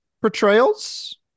portrayals